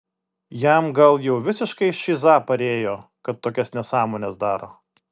jam gal jau visiškai šiza parėjo kad tokias nesąmones daro